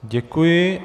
Děkuji.